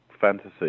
fantasy